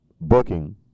booking